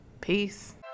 Peace